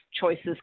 choices